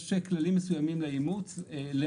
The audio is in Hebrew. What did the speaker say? יש כללים מסוימים לאימוץ.